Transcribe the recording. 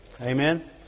Amen